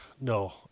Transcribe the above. no